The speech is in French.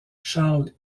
charles